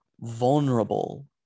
vulnerable